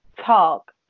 talk